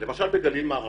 למשל בגליל המערבי,